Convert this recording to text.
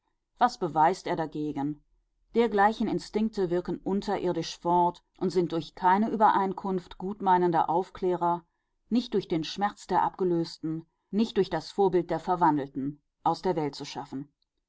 was beweist er dagegen dergleichen instinkte wirken unterirdisch fort und sind durch keine übereinkunft gutmeinender aufklärer nicht durch den schmerz der abgelösten nicht durch das vorbild der verwandelten aus der welt zu schaffen